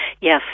Yes